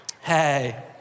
Hey